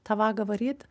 tą vagą varyt